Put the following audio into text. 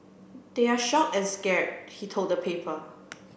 they're shocked and scared he told the paper